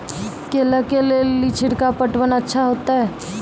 केला के ले ली छिड़काव पटवन अच्छा होते?